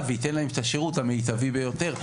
וייתן להם את השירות המיטבי ביותר.